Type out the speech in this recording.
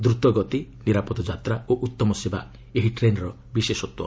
ଦ୍ରତଗତି ନିରାପଦ ଯାତ୍ରା ଓ ଉତ୍ତମ ସେବା ଏହି ଟ୍ରେନ୍ର ବିଶେଷତ୍ୱ